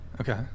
Okay